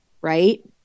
right